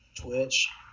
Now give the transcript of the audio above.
Twitch